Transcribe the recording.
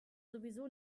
sowieso